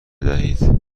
بدهید